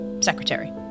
secretary